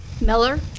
Miller